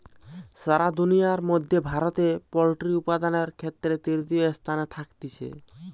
সারা দুনিয়ার মধ্যে ভারতে পোল্ট্রি উপাদানের ক্ষেত্রে তৃতীয় স্থানে থাকতিছে